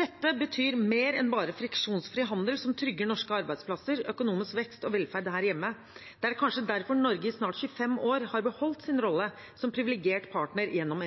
Dette betyr mer enn bare friksjonsfri handel som trygger norske arbeidsplasser, økonomisk vekst og velferd her hjemme. Det er kanskje derfor Norge i snart 25 år har beholdt sin rolle som privilegert partner gjennom